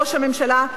ראש הממשלה,